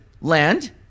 land